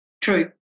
True